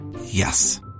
Yes